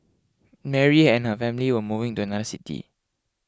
Mary and her family were moving to another city